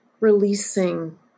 Releasing